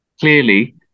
clearly